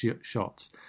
shots